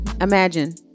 Imagine